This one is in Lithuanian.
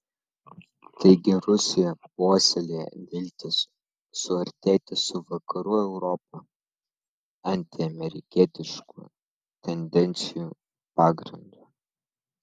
taigi rusija puoselėja viltis suartėti su vakarų europa antiamerikietiškų tendencijų pagrindu